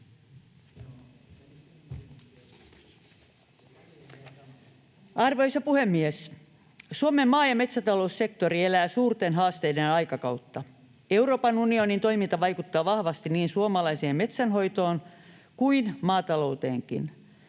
Arvoisa puhemies! Suomen maa- ja metsätaloussektori elää suurten haasteiden aikakautta. Euroopan unionin toiminta vaikuttaa vahvasti niin suomalaiseen metsänhoitoon kuin maatalouteenkin.